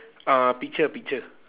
uh picture picture